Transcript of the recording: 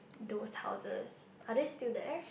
those houses are they still there